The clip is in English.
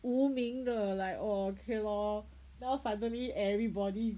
无名的 like oh okay lor then suddenly everybody